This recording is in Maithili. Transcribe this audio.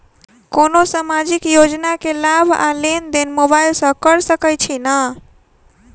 कोनो सामाजिक योजना केँ लाभ आ लेनदेन मोबाइल सँ कैर सकै छिःना?